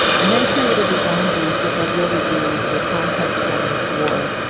and then create a design brief that will really be the context setting for.